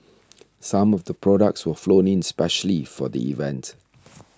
some of the products were flown in specially for the event